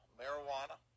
marijuana